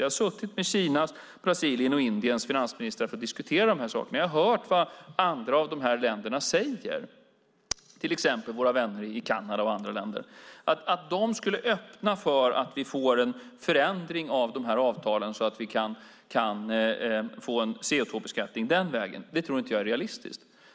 Jag har suttit med Kinas, Brasiliens och Indiens finansministrar för att diskutera de här sakerna, och jag har hört vad andra av G20-länderna säger, till exempel våra vänner i Kanada och andra länder. Att de skulle öppna för att vi får en förändring av de här avtalen, så att vi kan få en CO2-beskattning den vägen, tror jag inte är realistiskt.